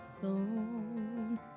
phone